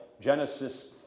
Genesis